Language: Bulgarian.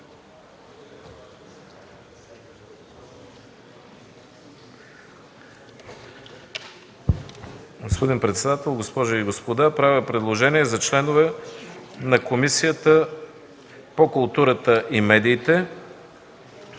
Господин председател, госпожи и господа! Правя предложение за членове на Комисията по културата и медиите,